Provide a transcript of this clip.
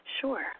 Sure